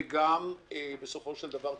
וגם בסופו של דבר ציבורי.